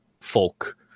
folk